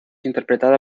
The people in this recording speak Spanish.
interpretada